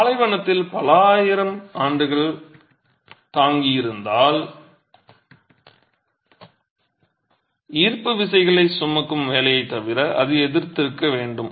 பாலைவனத்தில் பல ஆயிரம் ஆண்டுகள் தாங்கியிருந்தால் ஈர்ப்பு விசைகளை சுமக்கும் வேலையை தவிர அது எதிர்த்திருக்க வேண்டும்